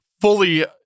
fully